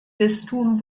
bistum